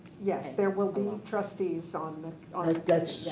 yes, there will be trustees on the.